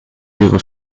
ihre